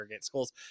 schools